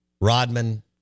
Rodman